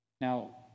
Now